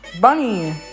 Bunny